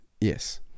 yes